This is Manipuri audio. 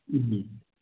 ꯎꯝ